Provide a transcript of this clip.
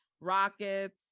Rockets